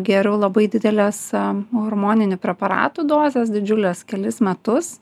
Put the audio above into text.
gėriau labai dideles hormoninių preparatų dozes didžiules kelis metus